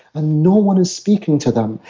and no one is speaking to them.